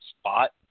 spot